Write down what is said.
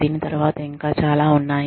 దీని తరువాత ఇంకా చాలా ఉన్నాయి